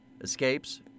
Escapes